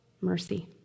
mercy